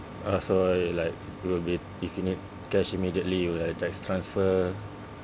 uh so you like it will be if you need cash immediately you will like just transfer